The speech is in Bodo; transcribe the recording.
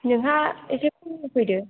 नोंहा एसे खमनि होफैदो